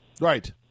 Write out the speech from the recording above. Right